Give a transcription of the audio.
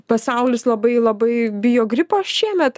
pasaulis labai labai bijo gripo šiemet